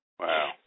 Wow